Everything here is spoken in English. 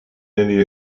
nearly